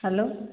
hello